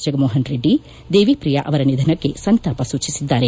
ಜಗನ್ನೋಹನ್ ರೆಡ್ಡಿ ದೇವಿಪ್ರಿಯ ಅವರ ನಿಧನಕ್ಕೆ ಸಂತಾಪ ಸೂಚಿಸಿದ್ದಾರೆ